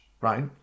right